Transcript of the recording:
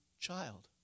child